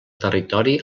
territori